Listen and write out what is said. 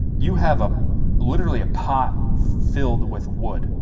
you have a literally a pot filled with wood,